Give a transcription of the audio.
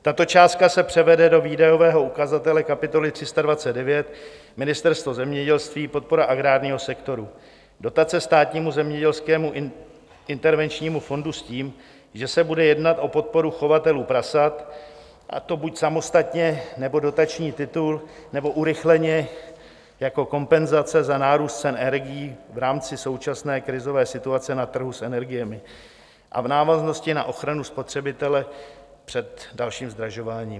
Tato částka se převede do výdajového ukazatele kapitoly 329 Ministerstvo zemědělství, podpora agrárního sektoru, dotace Státnímu zemědělskému intervenčnímu fondu s tím, že se bude jednat o podporu chovatelů prasat, a to buď samostatně, nebo dotační titul, nebo urychleně jako kompenzace za nárůst cen energií v rámci současné krizové situace na trhu s energiemi a v návaznosti na ochranu spotřebitele před dalším zdražování.